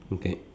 okay